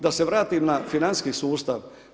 Da se vratim na financijski sustav.